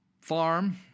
farm